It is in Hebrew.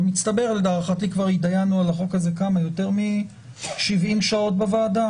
במצטבר להערכתי כבר התדיינו על הצעת החוק הזאת יותר מ-70 שעות בוועדה,